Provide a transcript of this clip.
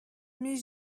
mais